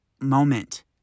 moment